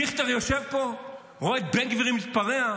דיכטר יושב פה, רואה את בן גביר מתפרע.